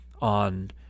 on